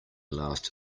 last